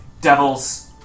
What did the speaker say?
devils